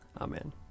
Amen